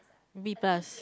B plus